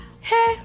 Hey